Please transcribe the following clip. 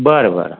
बरं बरं